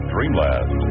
Dreamland